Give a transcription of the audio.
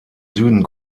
süden